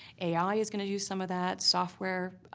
a i. is going to do some of that, software,